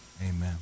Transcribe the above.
Amen